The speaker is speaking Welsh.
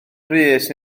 brys